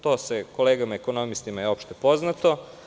To je kolegama ekonomistima opšte poznato.